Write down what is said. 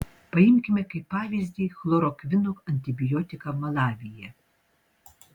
paimkime kaip pavyzdį chlorokvino antibiotiką malavyje